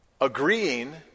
agreeing